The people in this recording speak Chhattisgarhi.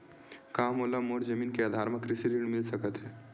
का मोला मोर जमीन के आधार म कृषि ऋण मिल सकत हे?